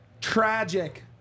tragic